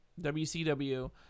WCW